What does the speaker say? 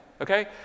okay